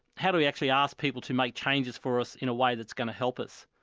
how do we actually ask people to make changes for us in a way that's going to help us?